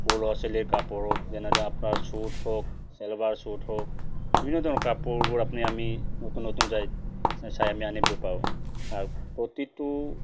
সৰু ল'ৰা ছোৱালীৰ কাপোৰ হওক যেনেদৰে আপোনাৰ চুট হওক চেলোৱাৰ চুট হওক বিভিন্ন ধৰণৰ কাপোৰবোৰ আপুনি আমি নতুন নতুন চাই চাই আমি আনিব পাৰোঁ আৰু প্ৰতিটো